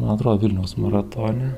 man atrodo vilniaus maratone